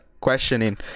questioning